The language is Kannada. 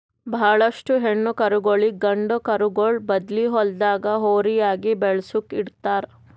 ಭಾಳೋಷ್ಟು ಹೆಣ್ಣ್ ಕರುಗೋಳಿಗ್ ಗಂಡ ಕರುಗೋಳ್ ಬದ್ಲಿ ಹೊಲ್ದಾಗ ಹೋರಿಯಾಗಿ ಬೆಳಸುಕ್ ಇಡ್ತಾರ್